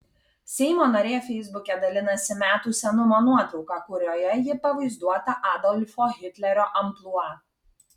seimo narė feisbuke dalinasi metų senumo nuotrauka kurioje ji pavaizduota adolfo hitlerio amplua